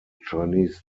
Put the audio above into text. chinese